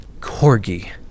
corgi